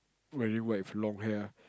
very white with long hair ah